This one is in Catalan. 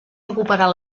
recuperar